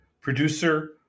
producer